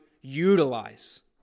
utilize